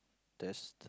test